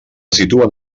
situen